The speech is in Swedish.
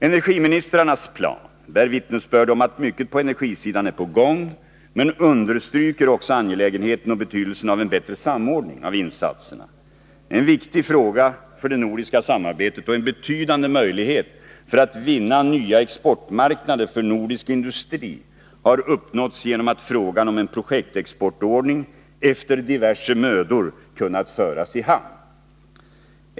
Energiministrarnas plan bär vittnesbörd om att mycket på energisidan är på gång men understryker också angelägenheten och betydelsen av en bättre samordning av insatserna. En betydande möjlighet att vinna nya exportmarknader för nordisk industri har uppnåtts genom att den för det nordiska samarbetet viktiga frågan om en projektexportordning efter diverse mödor kunnat föras i hamn.